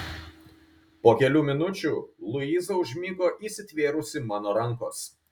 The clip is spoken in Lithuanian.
po kelių minučių luiza užmigo įsitvėrusi mano rankos